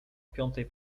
piątej